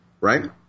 Right